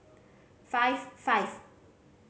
five five